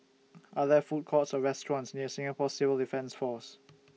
Are There Food Courts Or restaurants near Singapore Civil Defence Force